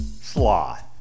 sloth